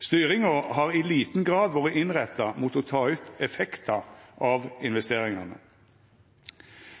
Styringa har i liten grad vore innretta mot å ta ut effektar av investeringane.